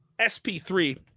SP3